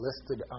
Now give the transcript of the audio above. listed